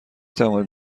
توانید